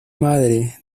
madre